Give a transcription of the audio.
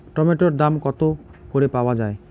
টমেটোর দাম কত করে পাওয়া যায়?